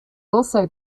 also